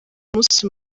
umunsi